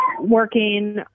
working